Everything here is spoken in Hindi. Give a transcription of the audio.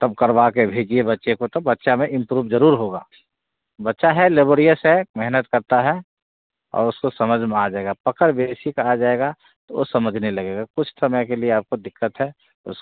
तब करवा के भेजिए बच्चे को तो बच्चा में इम्प्रूव जरूर होगा बच्चा है लेबोरियस है मेहनत करता है और उसको समझ में आ जाएगा पकड़ बेसिक आ जाएगा वो समझने लगेगा कुछ समय के लिए आपको दिक्कत है उस